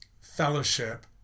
fellowship